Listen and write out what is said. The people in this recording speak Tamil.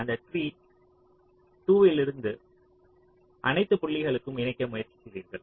அந்த ட்ரீ T0 இல் உள்ள அனைத்து புள்ளிகளையும் இணைக்க முயற்சி செய்கிறீர்கள்